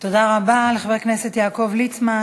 תודה רבה לחבר הכנסת יעקב ליצמן.